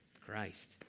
Christ